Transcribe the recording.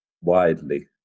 widely